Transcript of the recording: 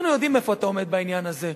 אנחנו יודעים איפה אתה עומד בעניין הזה.